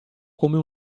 come